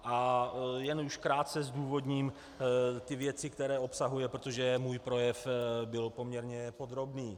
A už jen krátce zdůvodním věci, které obsahuje, protože můj projev byl poměrně podrobný.